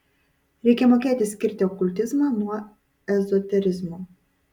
reikia mokėti skirti okultizmą nuo ezoterizmo